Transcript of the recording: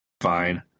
Fine